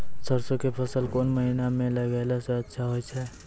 सरसों के फसल कोन महिना म लगैला सऽ अच्छा होय छै?